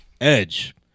edge